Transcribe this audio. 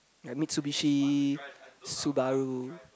like Mitsubishi Subaru